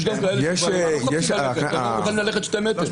יש גם כאלה שלא מוכנים ללכת שני מטר.